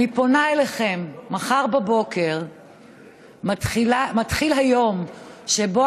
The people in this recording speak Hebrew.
אני פונה אליכם: מחר בבוקר מתחיל היום שבו